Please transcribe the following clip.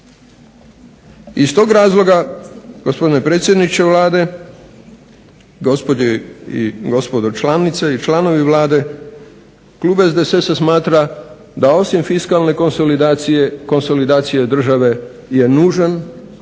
iz tog razloga gospodine predsjedniče Vlade, gospodo članice i članovi Vlade klub SDSS-a smatra da osim fiskalne konsolidacije, konsolidacije države je nužan,